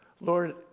Lord